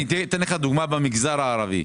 אני אתן לך דוגמה במגזר הערבי.